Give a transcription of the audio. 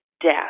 death